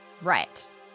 Right